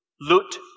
loot